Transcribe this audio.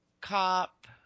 cop